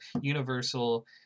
Universal